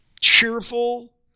cheerful